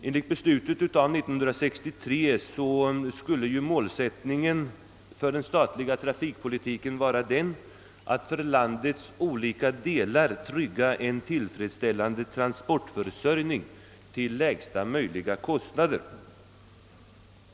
Enligt beslutet 1963 skulle målsättningen för den statliga trafikpolitiken vara att »för landets olika delar trygga en tillfredsställande transportförsörjning till lägsta möjliga kostnader».